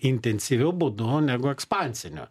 intensyviu būdu negu ekspansiniu